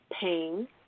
pain